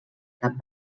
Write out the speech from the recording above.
cap